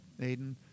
Aiden